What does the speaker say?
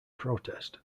protest